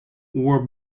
were